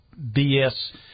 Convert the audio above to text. BS